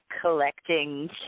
collecting